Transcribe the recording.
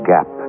Gap